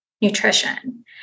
nutrition